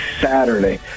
Saturday